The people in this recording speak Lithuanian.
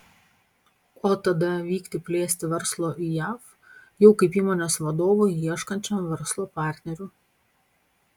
o tada vykti plėsti verslo į jav jau kaip įmonės vadovui ieškančiam verslo partnerių